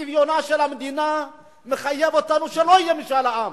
צביונה של המדינה מחייב אותנו שלא יהיה משאל עם.